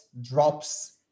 drops